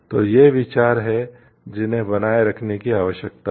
तो ये विचार हैं जिन्हें बनाए रखने की आवश्यकता है